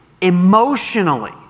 emotionally